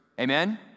Amen